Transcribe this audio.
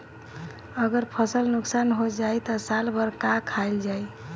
अगर फसल नुकसान हो जाई त साल भर का खाईल जाई